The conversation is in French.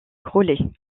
graulhet